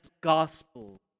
gospel